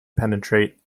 penetrate